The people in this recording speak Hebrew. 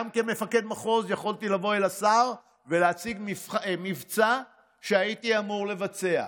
גם כמפקד מחוז יכולתי לבוא אל השר ולהציג מבצע שהייתי אמור לבצע.